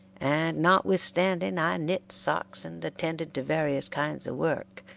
and, notwithstanding i knit socks and attended to various kinds of work,